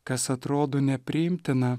kas atrodo nepriimtina